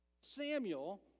Samuel